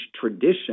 tradition